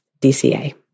DCA